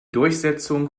durchsetzung